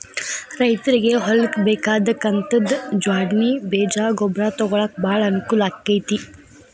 ರೈತ್ರಗೆ ಹೊಲ್ಕ ಬೇಕಾದ ಕಂತದ ಜ್ವಾಡ್ಣಿ ಬೇಜ ಗೊಬ್ರಾ ತೊಗೊಳಾಕ ಬಾಳ ಅನಕೂಲ ಅಕೈತಿ